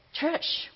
Trish